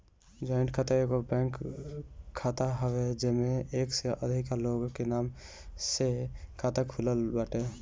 joint खाता एगो bank खाता हवे जेमे एक से अधिका लोग के नाम से खाता खुलत बाटे